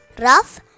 rough